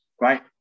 right